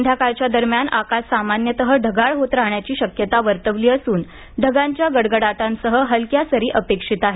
संध्याकाळच्या दरम्यान आकाश सामान्यतः ढगाळ होत राहण्याची शक्यता वर्तवली असून ढगांच्या गडगडाटांसह हलक्या सरी अपेक्षित आहेत